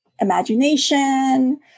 imagination